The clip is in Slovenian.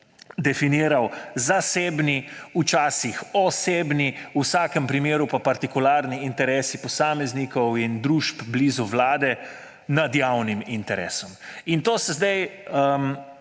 definiral: zasebni, včasih osebni, v vsakem primeru pa partikularni interesi posameznikov in družb blizu vlade nad javnim interesom. In to se zdaj